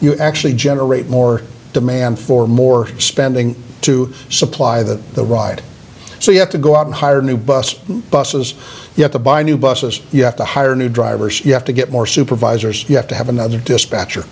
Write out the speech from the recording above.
you actually generate more demand for more spending to supply the the ride so you have to go out and hire new bus busses you have to buy new buses you have to hire new drivers you have to get more supervisors you have to have another dispatcher